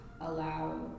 allow